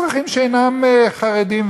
אזרחים שאינם חרדים,